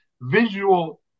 visual